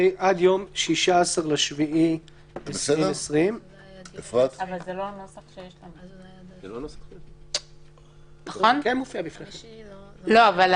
עד יום 16 ביולי 2020. חמישי לא נותן